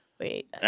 Wait